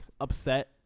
upset